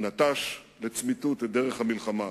הוא נטש לצמיתות את דרך המלחמה.